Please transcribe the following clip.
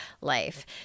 life